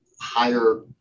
higher